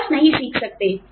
आप बस नहीं सीख सकते